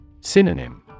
Synonym